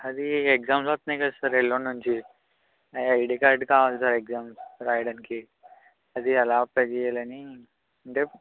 అదీ ఎగ్జామ్స్ వస్తున్నాయి కదా సార్ ఎల్లుండి నుంచి ఆ ఐడి కార్డ్ కావాలి సార్ ఎగ్జామ్స్ రాయడానికి అది ఎలా అప్లై చెయ్యాలి అని అంటే